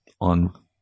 on